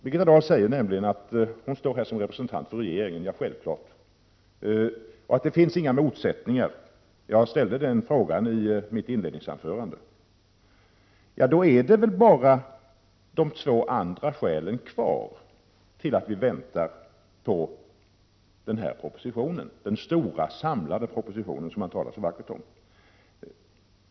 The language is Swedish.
Birgitta Dahl säger nämligen att hon står här som representant för regeringen. Ja, självfallet gör hon det. Hon säger att det inte finns några motsättningar. Då finns det bara två andra skäl kvar till att vi väntar på den stora samlade proposition som regeringen talar så vackert om.